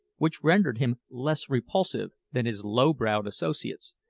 which rendered him less repulsive than his low-browed associates,